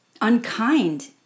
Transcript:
unkind